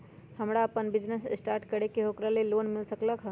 हमरा अपन business start करे के है ओकरा लेल लोन मिल सकलक ह?